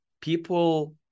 people